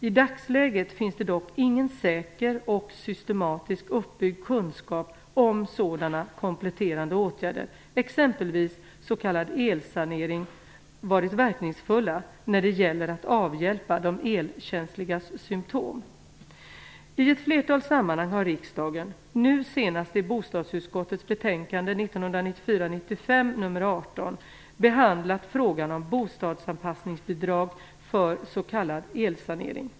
I dagsläget finns det dock ingen säker och systematiskt uppbyggd kunskap om sådana kompletterande åtgärder, exempelvis s.k. elsanering, varit verkningsfulla när det gäller att avhjälpa de elkänsligas symtom. I ett flertal sammanhang har riksdagen, nu senast i bostadsutskottets betänkande 1994/95 BoU18, behandlat frågan om bostadsanpassningsbidrag för s.k. elsanering.